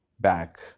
back